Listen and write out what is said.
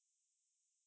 你有看吗